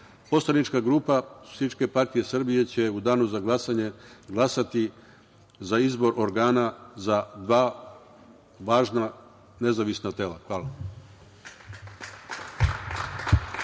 grupa Srpske partije Srbije će u Danu za glasanje glasati za izbor organa za dva važna nezavisna tela. Hvala.